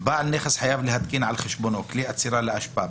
בעל נכס חייב להתקין על חשבונו כלי אצירה לאשפה,